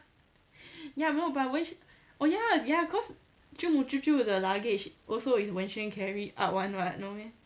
ya no but wenxuan oh ya ya cause :舅母舅舅:jiu mu jiu jiu the luggage also is wenxuan carry up [one] [what] no meh